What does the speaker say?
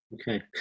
Okay